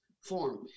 form